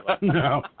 No